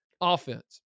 offense